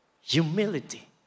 humility